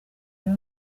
rero